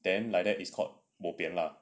then like that is called bo pian lah